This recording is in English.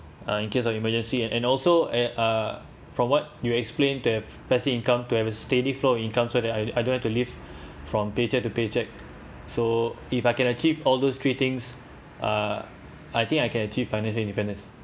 uh in case of emergency and and also at uh from what you explain to have passive income to have a steady flow of income so that I I don't want to live from paycheck to paycheck so if I can achieve all those three things uh I think I can achieve financial independence